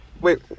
Wait